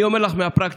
אני אומר לך מהפרקטיקה,